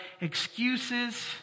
excuses